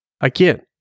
Again